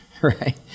right